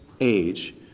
age